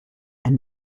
and